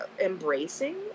Embracing